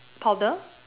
powder